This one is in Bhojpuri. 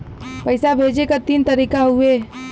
पइसा भेजे क तीन तरीका हउवे